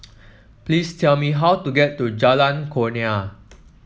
please tell me how to get to Jalan Kurnia